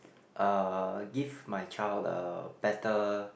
uh give my child a better